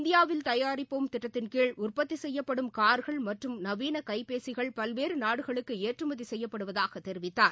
இந்தியாவில் தயாரிப்போம் திட்டத்தின் கீழ் உற்பத்தி செய்யப்படும் கார்கள் மற்றம் நவீன கைப்பேசிகள் பல்வேறு நாடுகளுக்கு ஏற்றுமதி செய்யப்படுவதாகத் தெரிவித்தார்